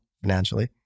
financially